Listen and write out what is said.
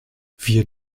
wir